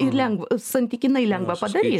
ir lengv santykinai lengva padaryt